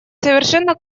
совершенно